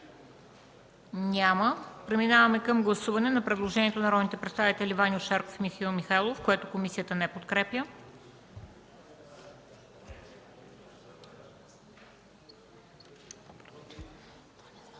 Няма. Преминаваме към гласуване на предложението на народните представители Ваньо Шарков и Михаил Михайлов, което комисията не подкрепя.